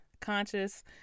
conscious